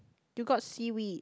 you got seaweed